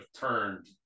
turned